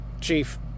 Chief